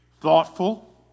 thoughtful